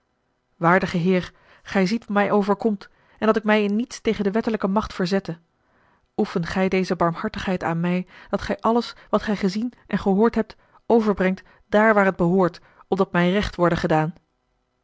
waardige heer gij ziet wat mij overkomt en dat ik mij in niets tegen de wettelijke macht verzette oefen gij deze barmhartigheid aan mij dat gij alles wat gij gezien en gehoord a l g bosboom-toussaint de delftsche wonderdokter eel overbrengt dààr waar het behoort opdat mij recht worde gedaan